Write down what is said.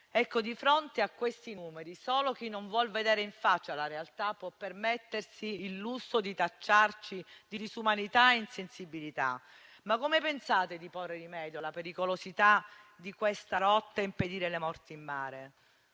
Di fronte a questi numeri, solo chi non vuol vedere in faccia la realtà può permettersi il lusso di tacciarci di disumanità e insensibilità. Come pensate di porre rimedio alla pericolosità di questa rotta e impedire le morti in mare?